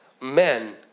men